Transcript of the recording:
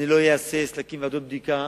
אני לא אהסס להקים ועדות בדיקה